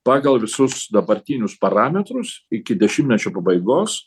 pagal visus dabartinius parametrus iki dešimtmečio pabaigos